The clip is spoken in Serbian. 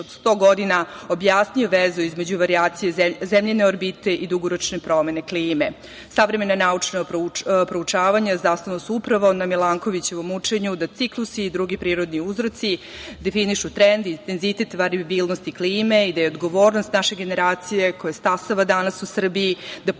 od sto godina objasnio vezu između varijacije zemljine orbite i dugoročne promene klime. Savremena naučna proučavanja zasnovana su upravo na Milankovićevom učenju da ciklusi i drugi prirodni uzroci definišu trend i intenzitet varijabilnosti klime i da je odgovornost naše generacije koja stasava danas u Srbiji, da pokušamo